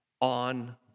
on